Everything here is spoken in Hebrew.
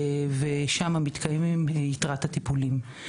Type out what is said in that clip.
ושם מתקיימים יתרת הטיפולים.